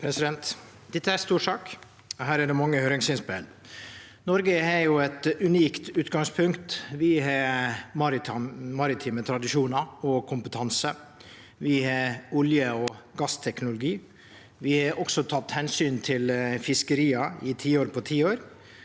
Dette er ei stor sak, og det er mange høyringsinnspel. Noreg har eit unikt utgangspunkt. Vi har maritime tradisjonar og kompetanse. Vi har olje- og gassteknologi. Vi har også teke omsyn til fiskeria i tiår på tiår,